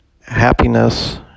happiness